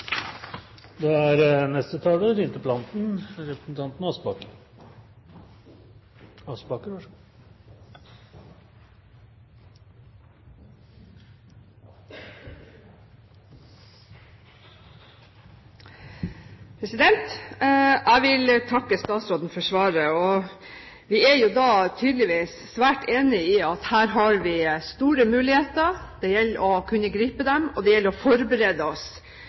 Jeg vil takke statsråden for svaret. Vi er tydeligvis svært enige om at her har vi store muligheter. Det gjelder å gripe dem, og det gjelder å forberede oss